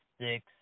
six